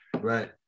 right